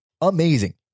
amazing